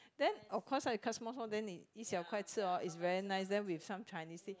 then of course ah you cut small small then :ni yi xiao kuai chi hor is very nice then with some Chinese tea